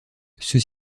ceux